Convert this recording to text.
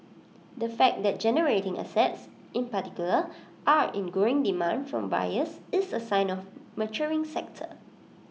the fact that generating assets in particular are in growing demand from buyers is A sign of A maturing sector